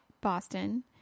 Boston